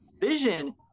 vision